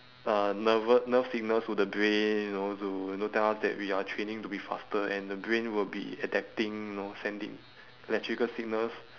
uh nervou~ nerve signals to the brain you know to you know tell us that we are training to be faster and the brain will be adapting you know sending electrical signals